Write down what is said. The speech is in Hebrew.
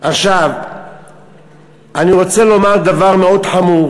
עכשיו אני רוצה לומר דבר מאוד חמור